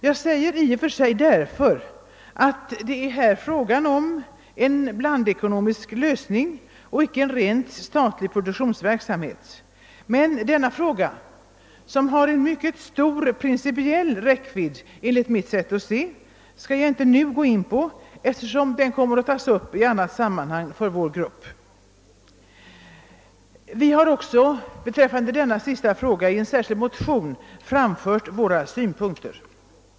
Jag säger »i och för sig» eftersom det här rör sig om en »blandekonomisk» lösning, inte en rent statlig produktion. Denna fråga har emellertid enligt mitt sätt att se mycket stor principiell räckvidd. Jag skall nu inte gå närmare in på den, eftersom den kommer att tas upp av vår grupp i annat sammanhang. Vi har också i en särskild motion givit uttryck åt våra synpunkter i det fallet.